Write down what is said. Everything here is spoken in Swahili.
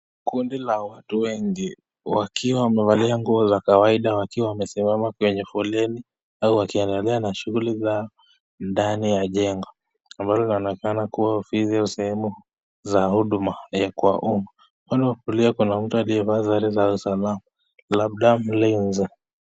Kundi la watu wengi wakiwa wamevalia nguo za kawaida wakiwa wamesimama kwenye foleni au wakiendelea na shughuli zao ndani ya jengo ambalo linaonekana kuwa ofisi au sehemu za huduma kwa umma. Upande wa kulia kuna mtu aliyevalia sare za usalama labda mlinzi.